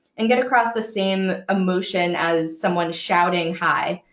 and get across the same emotion as someone shouting, hi!